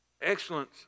Excellence